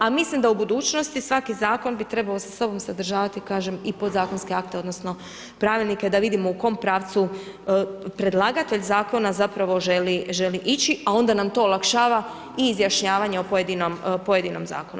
A mislim da u budućnosti svaki zakon bi trebao sa sobom sadržavati kažem, i podzakonske akte odnosno pravilnike da vidimo u kom pravcu predlagatelj zakona zapravo želi ići a onda nam to olakšava i izjašnjavanje o pojedinom zakonu.